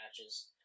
matches